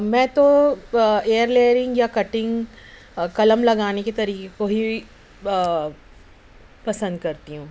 میں تو air layering یا کٹنگ قلم لگانے کے طریقے کو ہی پسند کرتی ہوں